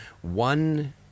One